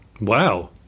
Wow